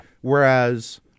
Whereas